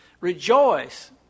Rejoice